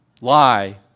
lie